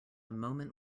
moment